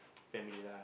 family lah